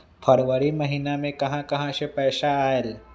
फरवरी महिना मे कहा कहा से पैसा आएल?